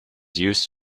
used